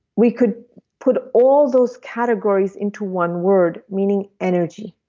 we could put all those categories into one word meaning energy.